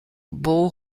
bull